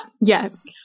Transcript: Yes